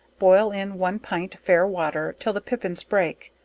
boil in one pint fair water till the pippins break,